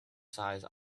size